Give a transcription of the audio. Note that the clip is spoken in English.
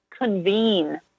convene